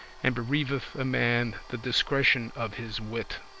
and bereaveth a man the discretion of his wit.